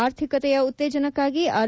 ಆರ್ಥಿಕತೆಯ ಉತ್ತೇಜನಕ್ಕಾಗಿ ಆರ್